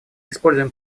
используем